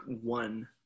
one